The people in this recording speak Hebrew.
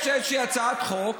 יש איזושהי הצעת חוק,